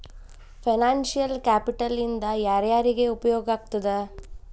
Financial capital ಇಂದಾ ಯಾರ್ಯಾರಿಗೆ ಉಪಯೊಗಾಗ್ತದ?